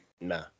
Nah